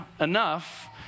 enough